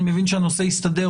אני מבין שהנושא הסתדר,